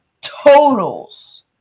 totals